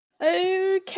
Okay